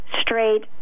Straight